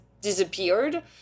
disappeared